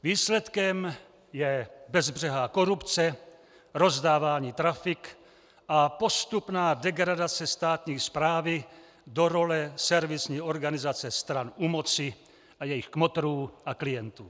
Výsledkem je bezbřehá korupce, rozdávání trafik a postupná degradace státní správy do role servisní organizace stran u moci a jejich kmotrů a klientů.